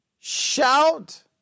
shout